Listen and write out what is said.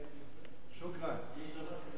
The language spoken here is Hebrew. שוכראן.